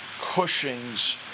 Cushing's